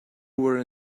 were